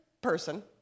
person